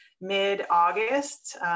mid-August